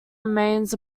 remains